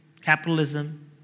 capitalism